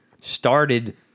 started